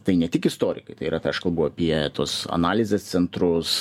tai ne tik istorikai tai yra kalbu apie tuos analizės centrus